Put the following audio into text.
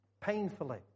painfully